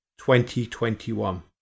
2021